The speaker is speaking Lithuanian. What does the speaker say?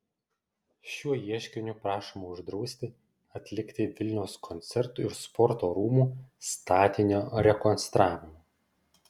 šiuo ieškiniu prašoma uždrausti atlikti vilniaus koncertų ir sporto rūmų statinio rekonstravimą